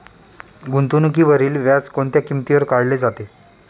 गुंतवणुकीवरील व्याज कोणत्या किमतीवर काढले जाते?